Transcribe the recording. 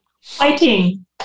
Fighting